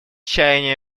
чаяния